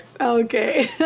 okay